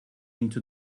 into